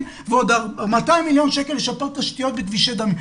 ועוד 200 מיליון שקל לשפר תשתיות בכבישי דמים.